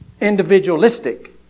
individualistic